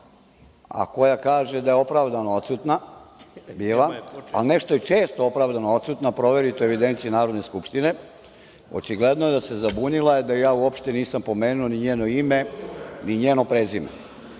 a koja kaže da je opravdano odsutna bila, ali, nešto je često opravdano odsutna, proverite u evidenciji Narodne skupštine, očigledno da se zabunila, jer ja uopšte nisam pomenuo ni njeno ime, ni njeno prezime. Ja